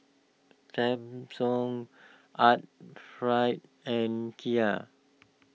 Samsung Art fried and Kia